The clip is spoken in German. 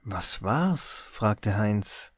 was war's fragte heinz